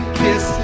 kiss